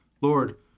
Lord